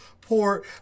poor